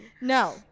No